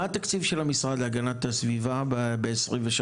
מה התקציב של המשרד להגנת הסביבה ב-2023-2024?